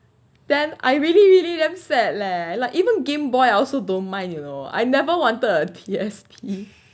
then I really really damn sad leh like even game boy I also don't mind you know I never wanted P_S_P